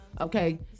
okay